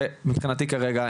שמבחינתי כרגע,